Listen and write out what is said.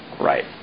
Right